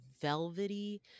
velvety